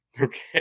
Okay